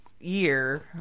year